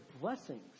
blessings